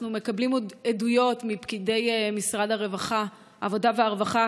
אנחנו מקבלים עוד עדויות מפקידי משרד העבודה והרווחה